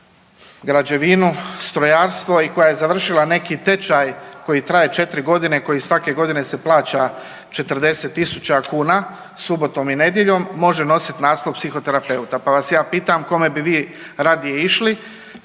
građevinu, strojarstvo i koja je završila neki tečaj koji traje 4.g. i koji svake godine se plaća 40.000 kuna subotom i nedjeljom može nosit naslov psihoterapeuta pa vas ja pitam kome bi vi radije išli